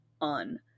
on